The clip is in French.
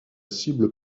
cible